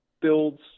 builds